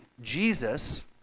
Jesus